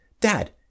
Dad